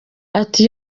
ati